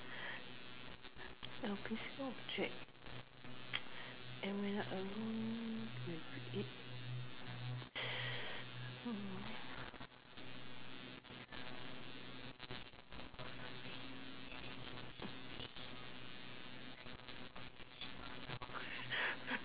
object and when I'm alone with it